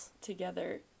together